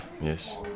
yes